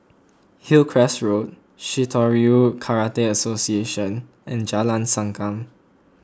Hillcrest Road Shitoryu Karate Association and Jalan Sankam